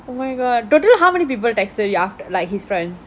oh my god total how many people texted you aft~ like his friends